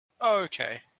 Okay